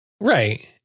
Right